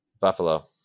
Buffalo